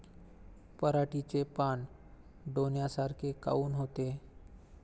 पराटीचे पानं डोन्यासारखे काऊन होते?